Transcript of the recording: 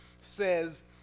says